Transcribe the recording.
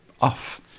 off